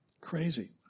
Crazy